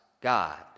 God